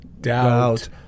Doubt